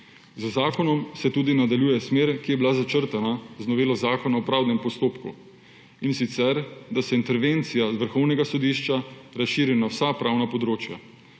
Z zakonom se tudi nadaljuje smer, ki je bila začrtana z novelo Zakona o pravdnem postopku, in sicer da se intervencija z Vrhovnega sodišča razširi na vsa pravna področja.